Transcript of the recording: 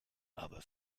aber